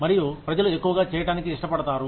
మరియు ప్రజలు ఎక్కువగా చేయటానికి ఇష్టపడతారు